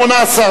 התש"ע 2010,